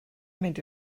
mynd